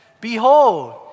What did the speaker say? Behold